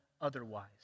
otherwise